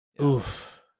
Oof